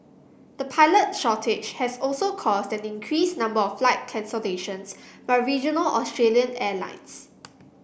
the pilot shortage has also caused that an increased number of flight cancellations by regional Australian airlines